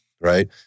right